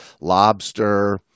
lobster